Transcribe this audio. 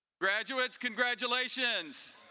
graduates, congratulations.